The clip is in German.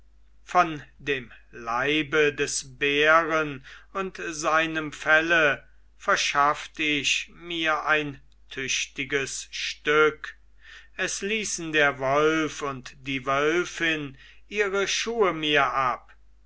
von dem leibe des bären und seinem felle verschafft ich mir ein tüchtiges stück es ließen der wolf und die wölfin ihre schuhe mir ab